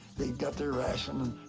they got their ration. and